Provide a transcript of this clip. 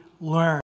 learn